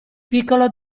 piccolo